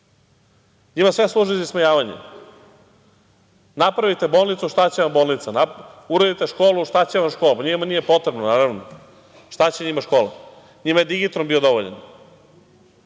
Njima sve služi za ismejavanje. Napravite bolnicu, šta će im bolnica? Uradite školu, šta će vam škola? Njima nije potrebno, naravno. Šta će njima škola? Njima je digitron bio dovoljan.